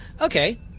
Okay